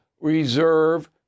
reserve